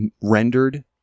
rendered